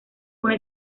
una